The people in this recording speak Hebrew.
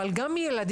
אבל גם ילדים,